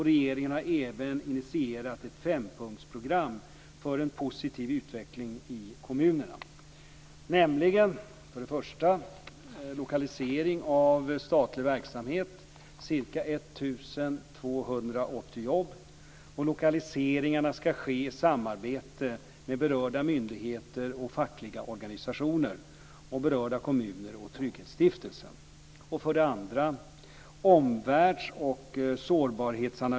Regeringen har även initierat ett fempunktsprogram för en positiv utveckling i kommunerna, nämligen: Lokaliseringarna ska ske i samarbete med berörda myndigheter och fackliga organisationer, berörda kommuner och Trygghetsstiftelsen.